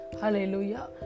Hallelujah